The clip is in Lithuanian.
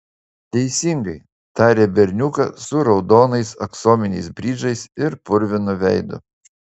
teisingai tarė berniukas su raudonais aksominiais bridžais ir purvinu veidu